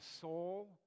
soul